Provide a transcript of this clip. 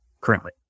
currently